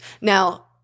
Now